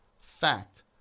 Fact